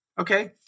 Okay